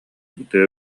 тыа